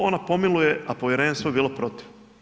Ona pomiluje, a povjerenstvo je bilo protiv.